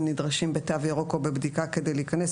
נדרשים בתו ירוק או בבדיקה כדי להיכנס,